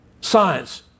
science